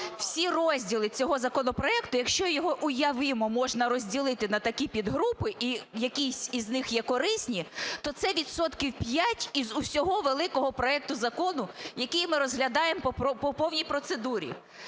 всі розділи цього законопроекту, якщо його, уявімо, можна розділити на такі підгрупи і якісь із них є корисні, то це відсотків 5 із усього великого проекту закону, який ми розглядаємо по повній процедурі.